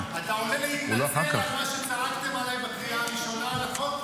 אתה עולה להתנצל על מה שצעקתם עליי בקריאה הראשונה על החוק?